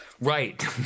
Right